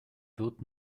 wird